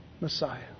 Messiah